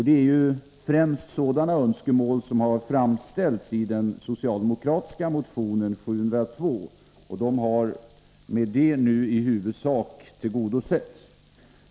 Det är främst sådana önskemål som har framförts i den socialdemokratiska motionen 702, och den har med de förändringar som gjorts i huvudsak tillgodosetts.